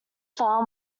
far